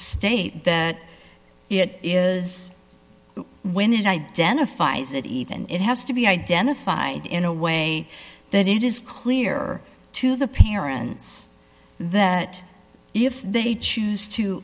state that it is when it identifies it even it has to be identified in a way that it is clear to the parents that if they choose to